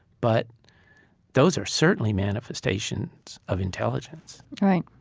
but those are certainly manifestations of intelligence right.